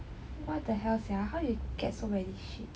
what the hell sia how you get so many ship